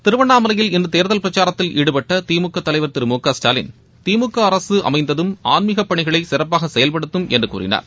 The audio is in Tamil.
திருவண்ணாமலையில் இன்று தேர்தல் பிரக்சாரத்தில் ஈடுபட்ட திமுக தலைவர் திரு மு க ஸ்டாலின் திமுக அரசு அமைந்ததும் ஆன்மிக பணிகளை சிறப்பாக செயல்படுத்தும் என்று கூறினார்